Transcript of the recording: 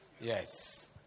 Yes